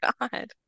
god